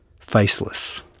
faceless